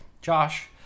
Josh